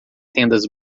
tendas